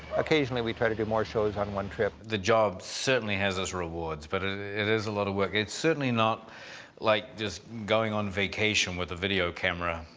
occasionally we try to do more shows on one trip. the job certainly has its rewards, but it is a lot of work. it's certainly not like just going on vacation with a video camera.